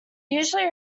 usually